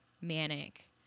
manic